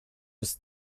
was